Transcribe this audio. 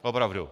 Opravdu!